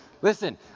Listen